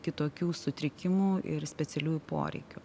kitokių sutrikimų ir specialiųjų poreikių